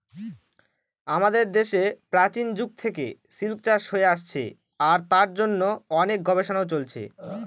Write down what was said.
আমাদের দেশে প্রাচীন যুগ থেকে সিল্ক চাষ হয়ে আসছে আর তার জন্য অনেক গবেষণাও চলছে